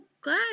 glad